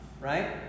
right